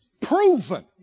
proven